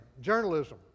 journalism